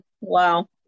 Wow